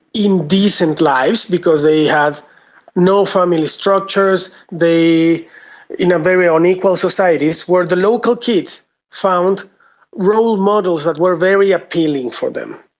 indecent lives because they have no family structures, they are in ah very ah unequal societies where the local kids found role models that were very appealing for them.